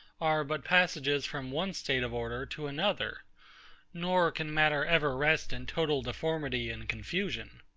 are but passages from one state of order to another nor can matter ever rest in total deformity and confusion.